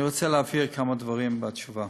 אני רוצה להבהיר כמה דברים בתשובה.